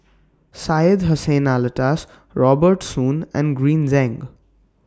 Syed Hussein Alatas Robert Soon and Green Zeng